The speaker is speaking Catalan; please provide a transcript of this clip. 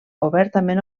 obertament